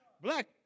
Black